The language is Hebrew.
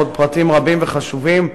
ועוד פרטים רבים וחשובים,